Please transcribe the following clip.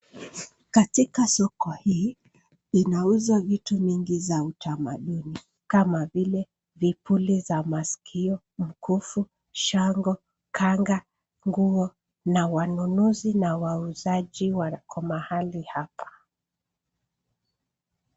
Katika soko hii, inauzwa vitu mingi za kitamaduni kama vile vipuli za masikio, mkufu, shanga, kanga, nguo na wanunuzi na wauzaji wako mahali hapa.